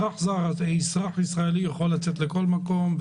אזרח ישראלי יכול לצאת לכל מקום,